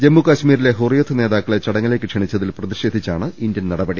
ജമ്മുകശ്മീരിലെ ഹുറിയത്ത് നേതാക്കളെ ചടങ്ങിലേക്ക് ക്ഷണിച്ചതിൽ പ്രതിഷേധിച്ചാണ് ഇന്ത്യൻ നടപടി